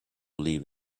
leave